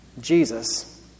Jesus